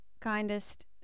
Kindest